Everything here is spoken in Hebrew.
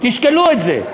תשקלו את זה.